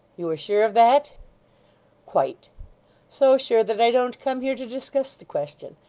you are sure of that quite so sure, that i don't come here to discuss the question.